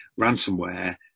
ransomware